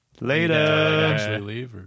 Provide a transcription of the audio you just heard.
later